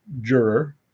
juror